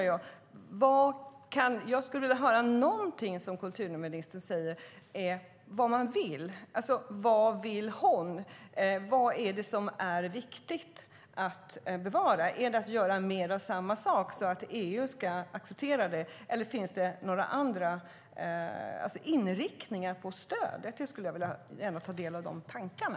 Jag skulle vilja höra kulturministern säga någonting om vad man vill. Vad vill hon? Vad är det som är viktigt att bevara? Är det att göra mer av samma sak så att EU ska acceptera det, eller finns det några andra inriktningar på stödet? Jag skulle i så fall gärna ta del av de tankarna.